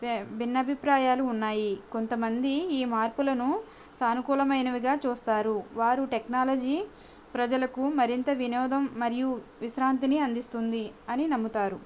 భిన్నఅభిప్రాయాలు ఉన్నాయి కొంతమంది ఈ మార్పులను సానుకూలమైనవిగా చూస్తారు వారు టెక్నాలజీ ప్రజలకు మరింత వినోదం మరియు విశ్రాంతిని అందిస్తుంది అని నమ్ముతారు